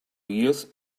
years